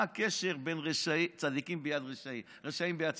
מה הקשר בין "רשעים ביד צדיקים"?